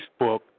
Facebook